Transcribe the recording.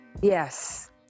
Yes